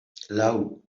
lau